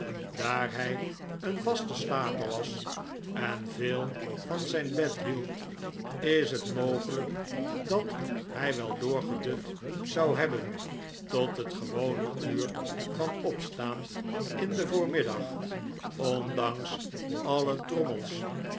daar hij een vaste slaper was en veel van zijn bed hield is het mogelijk dat hij wel doorgedut zou hebben tot het gewone uur van opstaan in den voormiddag ondanks alle trommels